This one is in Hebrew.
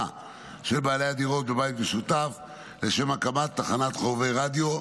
של בעלי הדירות בבית משותף לשם הקמת תחנת חובבי רדיו,